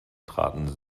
traten